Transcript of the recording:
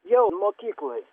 jau mokykloj